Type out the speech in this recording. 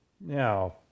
Now